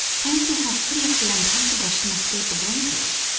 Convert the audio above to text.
fancy how hideously uncomfortable she must be at the blenkers'!